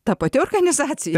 ta pati organizacija